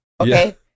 okay